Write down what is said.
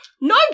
No